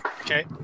Okay